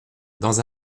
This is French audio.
dans